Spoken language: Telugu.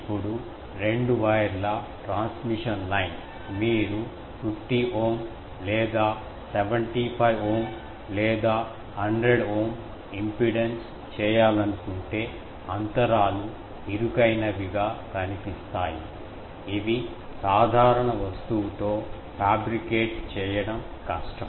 ఇప్పుడు రెండు వైర్ ల ట్రాన్స్మిషన్ లైన్ మీరు 50 ఓం లేదా 75 ఓం లేదా 100 ఓం ఇంపిడెన్స్ చేయాలనుకుంటే అంతరాలు ఇరుకైనవిగా కనిపిస్తాయి ఇవి సాధారణ వస్తువుతో ఫ్యాబ్రికేట్ చేయడం కష్టం